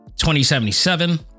2077